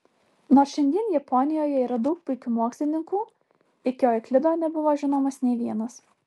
nors šiandien japonijoje yra daug puikių mokslininkų iki euklido nebuvo žinomas nė vienas